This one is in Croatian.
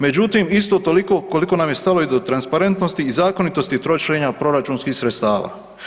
Međutim, isto toliko koliko nam je stalo do transparentnosti i zakonitosti trošenja proračunskih sredstava.